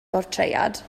bortread